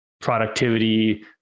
productivity